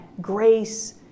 grace